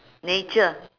nature